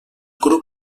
grup